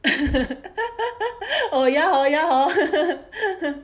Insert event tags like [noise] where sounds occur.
[laughs] oh ya hor ya hor